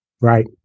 Right